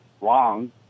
wrong